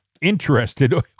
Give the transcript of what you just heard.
interested